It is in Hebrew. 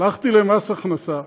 הלכתי למס הכנסה,